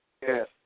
Yes